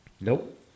Nope